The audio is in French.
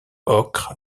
ocre